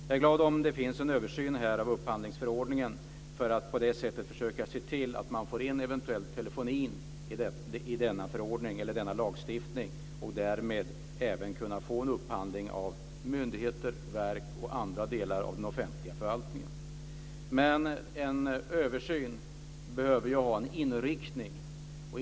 Jag är glad om det görs en översyn av upphandlingsförordningen och om man på det sättet försöker se till att få in telefonin i denna förordning eller lagstiftning och därmed även kan få en upphandling hos myndigheter, verk och andra delar av den offentliga förvaltningen. Men en översyn behöver ha en inriktning.